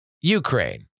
Ukraine